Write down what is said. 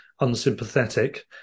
unsympathetic